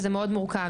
וזה מאוד מורכב,